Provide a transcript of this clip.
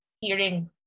hearing